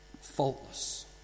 faultless